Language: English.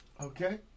Okay